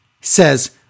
says